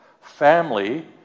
family